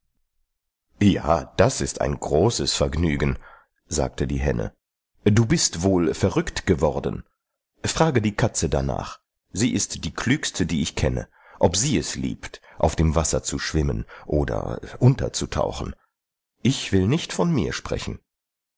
ja das ist ein großes vergnügen sagte die henne du bist wohl verrückt geworden frage die katze danach sie ist die klügste die ich kenne ob sie es liebt auf dem wasser zu schwimmen oder unterzutauchen ich will nicht von mir sprechen